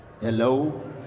Hello